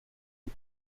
and